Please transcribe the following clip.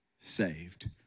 saved